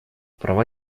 права